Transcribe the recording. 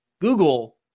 google